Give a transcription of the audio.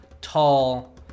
tall